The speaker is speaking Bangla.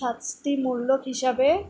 শাস্তিমূলক হিসাবে